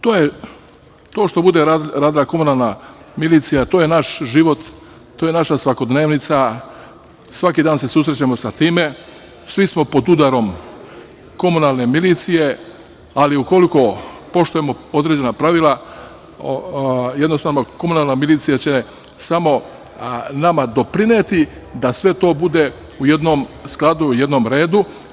To što bude radila komunalna milicija, to je naš život, to je naša svakodnevica, svaki dan se susrećemo sa time, svi smo pod udarom komunalne milicije, ali ukoliko poštujemo određena pravila jednostavno komunalna milicija će samo nama doprineti da sve to bude u jednom skladu, u jednom redu.